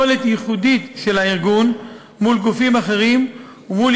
יכולת ייחודית של הארגון מול גופים אחרים ומול